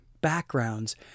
backgrounds